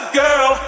girl